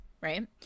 right